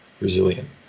resilient